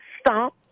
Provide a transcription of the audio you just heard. Stop